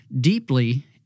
deeply